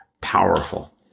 powerful